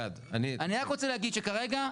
אני רק רוצה להגיד שכרגע,